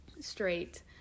straight